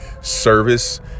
service